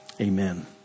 amen